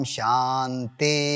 Shanti